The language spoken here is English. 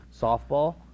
Softball